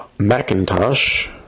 Macintosh